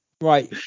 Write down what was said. right